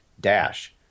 dash